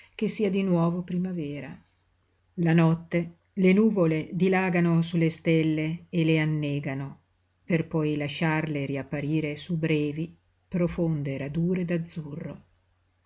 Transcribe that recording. che sia di nuovo primavera la notte le nuvole dilagano su le stelle e le annegano per poi lasciarle riapparire su brevi profonde radure d'azzurro